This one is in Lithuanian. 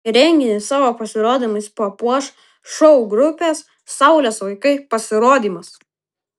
renginį savo pasirodymais papuoš šou grupės saulės vaikai pasirodymas